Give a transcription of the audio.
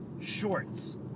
Shorts